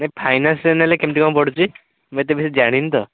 ଏ ଫାଇନାନ୍ସରେ ନେଲେ କେମତି କ'ଣ ପଡ଼ୁଛି ମୁଁ ଏତେ ବିଷୟରେ ଜାଣିନି ତ